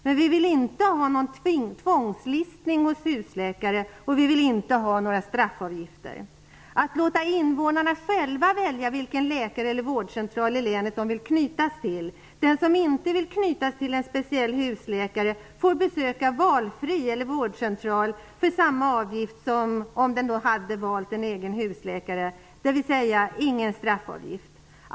Däremot vill vi inte ha en tvångslistning hos husläkare. Vi vill heller inte ha straffavgifter. Det gäller att låta invånarna själva välja vilken läkare eller vårdcentral i länet som de skall knytas till. Den som inte vill knytas till en speciell husläkare får besöka valfri läkare eller vårdcentral för samma avgift som om en egen husläkare hade valts -- dvs. ingen straffavgift.